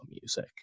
music